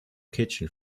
kitchen